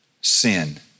sin